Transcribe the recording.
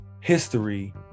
history